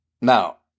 Now